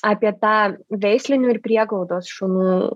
apie tą veislinių ir prieglaudos šunų